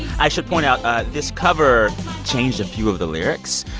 i should point out, this cover changed a few of the lyrics.